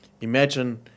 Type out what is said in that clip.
imagine